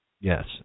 Yes